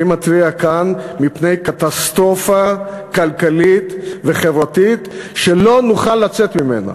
אני מתריע כאן מפני קטסטרופה כלכלית וחברתית שלא נוכל לצאת ממנה.